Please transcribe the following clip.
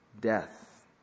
death